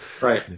Right